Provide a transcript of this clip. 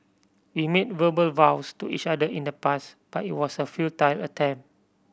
we made verbal vows to each other in the past but it was a futile attempt